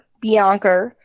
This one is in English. Bianca